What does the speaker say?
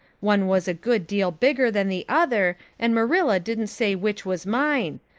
one was a good deal bigger than the other and marilla didn't say which was mine.